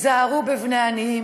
היזהרו בבני עניים,